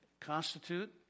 constitute